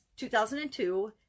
2002